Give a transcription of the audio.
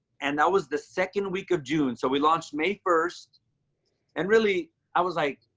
and that was the second week of june. so we launched may first and really i was like,